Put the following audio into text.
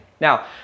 Now